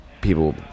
people